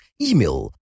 email